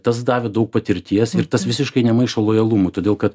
tas davė daug patirties ir tas visiškai nemaišo lojalumui todėl kad